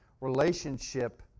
relationship